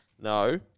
no